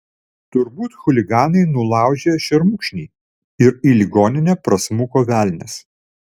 turbūt chuliganai nulaužė šermukšnį ir į ligoninę prasmuko velnias